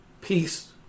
peace